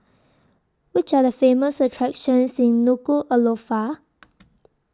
Which Are The Famous attractions in Nuku'Alofa